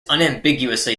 unambiguously